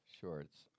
shorts